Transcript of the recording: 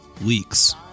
leaks